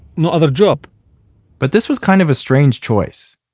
no other job but this was kind of a strange choice.